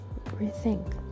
Rethink